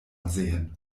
ansehen